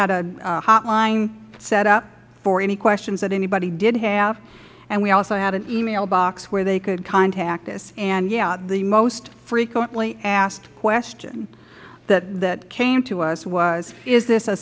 had a hotline set up for any questions that anybody did have and we also had an email box where they could contact us and yes the most frequently asked question that came to us was is this a